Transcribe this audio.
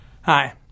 Hi